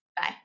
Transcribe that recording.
bye